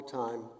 time 。